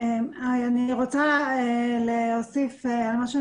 אני רוצה להוסיף על הנאמר.